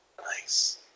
Nice